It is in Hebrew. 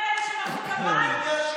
אחרי הבחירות.